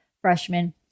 freshman